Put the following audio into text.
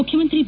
ಮುಖ್ಯಮಂತ್ರಿ ಬಿ